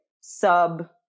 sub-